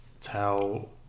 tell